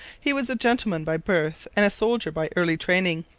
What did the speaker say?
he was a gentleman by birth and a soldier by early training.